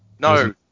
No